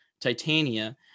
Titania